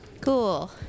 Cool